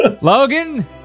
Logan